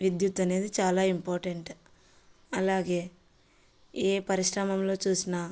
విద్యుత్ అనేది చాలా ఇంపార్టెంట్ అలాగే ఏ పరిశ్రమలో చూసినా